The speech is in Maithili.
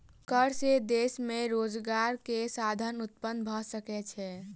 कर से देश में रोजगार के साधन उत्पन्न भ सकै छै